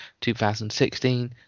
2016